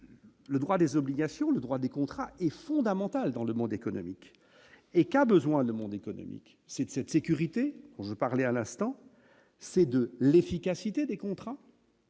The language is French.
le droit des obligations, le droit des contrats et fondamental dans le monde économique et qu'a besoin de monde économique c'est de cette sécurité, je parlais à l'instant, c'est de l'efficacité des contrats.